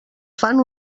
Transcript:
fan